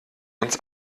uns